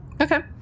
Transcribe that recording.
Okay